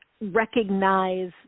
recognize